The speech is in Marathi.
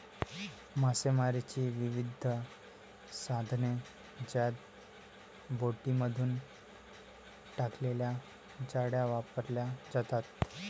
मासेमारीची विविध साधने ज्यात बोटींमधून टाकलेल्या जाळ्या वापरल्या जातात